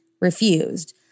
refused